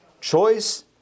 Choice